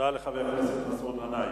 תודה לחבר הכנסת מסעוד גנאים.